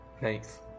Thanks